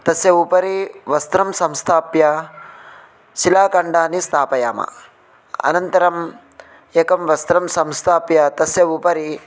तस्य उपरि वस्त्रं संस्थाप्य शिलाखण्डानि स्थापयामः अनन्तरम् एकं वस्त्रं संस्थाप्य तस्य उपरि